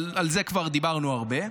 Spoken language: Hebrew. אבל על זה כבר דיברנו הרבה.